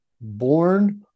born